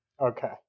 Okay